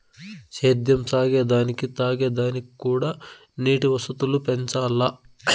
సేద్యం సాగే దానికి తాగే దానిక్కూడా నీటి వసతులు పెంచాల్ల